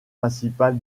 principal